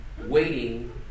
waiting